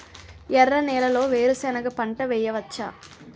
ఎర్ర నేలలో వేరుసెనగ పంట వెయ్యవచ్చా?